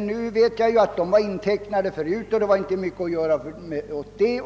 Nu vet jag att de pengarna var intecknade i förväg och att det inte var mycket att göra åt den saken.